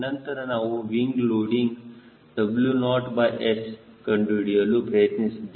ನಂತರ ನಾವು wing loading W0S ಕಂಡುಹಿಡಿಯಲು ಪ್ರಯತ್ನಿಸಿದ್ದೇವೆ